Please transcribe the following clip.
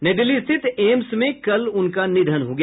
नई दिल्ली स्थित एम्स में कल उनका निधन हो गया